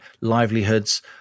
livelihoods